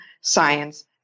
science